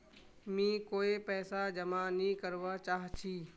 मी कोय पैसा जमा नि करवा चाहची